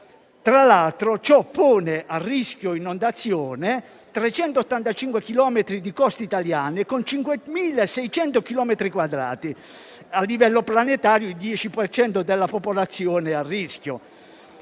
Tra l'altro, ciò pone a rischio inondazione 385 chilometri di coste italiane, con 5.600 chilometri quadrati. A livello planetario il 10 per cento della popolazione è a rischio.